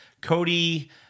Cody